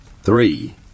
Three